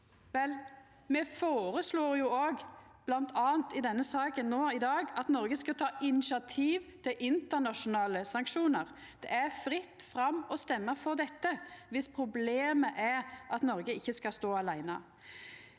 Me føreslår jo òg – bl.a. i denne saka, no i dag – at Noreg skal ta initiativ til internasjonale sanksjonar. Det er fritt fram å røysta for dette om problemet er at Noreg ikkje skal stå aleine.